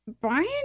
Brian